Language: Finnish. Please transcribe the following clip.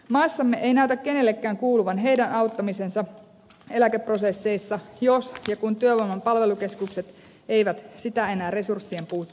maassamme ei näytä kenellekään kuuluvan heidän auttamisensa eläkeprosesseissa jos ja kun työvoiman palvelukeskukset eivät sitä enää resurssien puutteessa tee